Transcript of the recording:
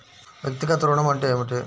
వ్యక్తిగత ఋణం అంటే ఏమిటి?